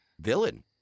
villain